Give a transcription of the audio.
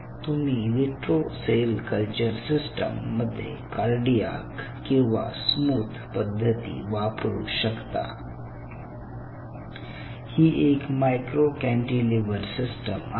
तुम्ही vitro cell culture system मध्ये cardiac किंवा स्मूथ पद्धती वापरू शकता ही एक मायक्रो कॅन्टीलिव्हर सिस्टम आहे